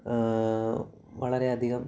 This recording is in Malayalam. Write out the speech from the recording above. വളരെയധികം